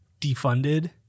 defunded